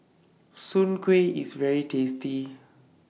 Soon Kueh IS very tasty